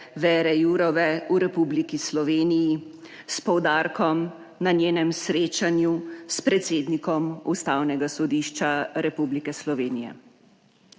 Vere Jourove v Republiki Sloveniji s poudarkom na njenem srečanju s predsednikom Ustavnega sodišča Republike Slovenije.